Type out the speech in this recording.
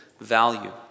value